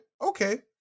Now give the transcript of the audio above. okay